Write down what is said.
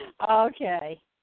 Okay